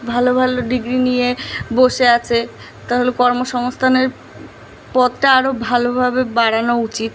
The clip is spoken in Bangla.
ভালো ভালো ডিগ্রি নিয়ে বসে আছে কাহলে কর্মসংস্থানের পথটা আরো ভালোভাবে বাড়ানো উচিত